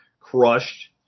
crushed